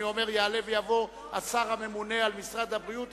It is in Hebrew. אני אומר: יעלה ויבוא השר הממונה על משרד הבריאות,